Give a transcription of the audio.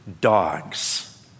dogs